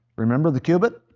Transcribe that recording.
remember the cubit?